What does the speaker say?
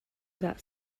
that